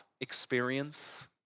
experience